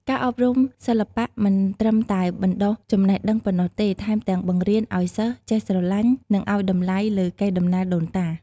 ការអប់រំសិល្បៈមិនត្រឹមតែបណ្តុះចំណេះដឹងប៉ុណ្ណោះទេ ថែមទាំងបង្រៀនឱ្យសិស្សចេះស្រឡាញ់ និងឱ្យតម្លៃលើកេរដំណែលដូនតា។